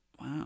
Wow